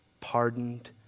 pardoned